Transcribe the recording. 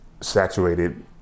saturated